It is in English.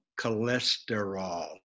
cholesterol